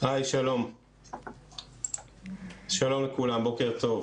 שלום לכולם, בוקר טוב.